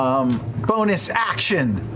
bonus action.